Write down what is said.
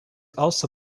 also